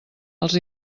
els